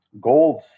gold